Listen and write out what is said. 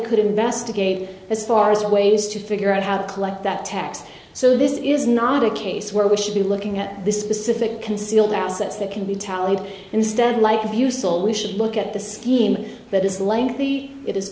could investigate as far as ways to figure out how to collect that tax so this is not a case where we should be looking at the specific concealed assets that can be tallied instead like a view so we should look at the scheme that is lengthy it is